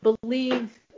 believe